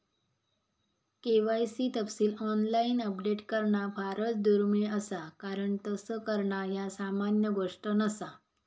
KYC तपशील online update करणा फारच दुर्मिळ असा कारण तस करणा ह्या सामान्य गोष्ट नसा